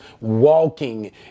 walking